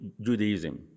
Judaism